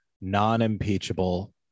non-impeachable